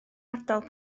ardal